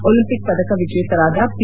Olympic ಪದಕ ವಿಜೇತರಾದ P